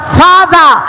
father